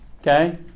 Okay